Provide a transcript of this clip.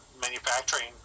manufacturing